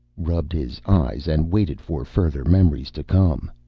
rubbed his eyes, and waited for further memories to come.